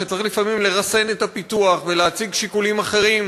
שצריך לפעמים לרסן את הפיתוח ולהציג שיקולים אחרים,